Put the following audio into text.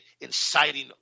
inciting